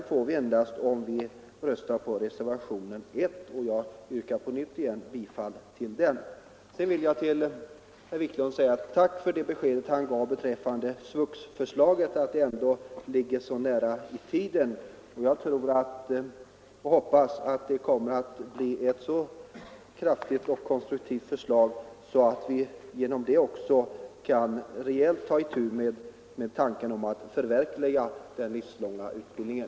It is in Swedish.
Det får vi endast om vi röstar på reservationen 1, och jag vidhåller mitt yrkande om bifall till denna. Jag vill tacka för det besked herr Wiklund gav om SVUX — att det ändå ligger så nära i tiden. Jag tror och hoppas att det kommer att bli ett så kraftigt och konstruktivt förslag att vi genom det rejält kan ta itu med formerna för att förverkliga den livslånga utbildningen.